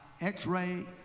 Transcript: x-ray